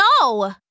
No